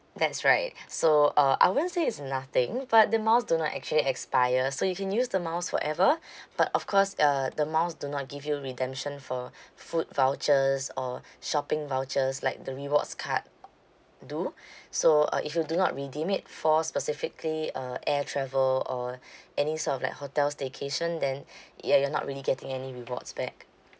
that's right so uh I won't say it's nothing but the miles do not actually expire so you can use the miles forever but of course uh the miles do not give you redemption for food vouchers or shopping vouchers like the rewards card do so uh if you do not redeem it for specifically uh air travel or any sort of like hotel staycation then ya you're not really getting any rewards back